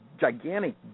gigantic